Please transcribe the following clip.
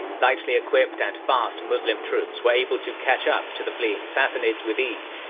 lightly equipped and fast muslim troops were able to catch up to the fleeing sassanids with ease,